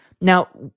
Now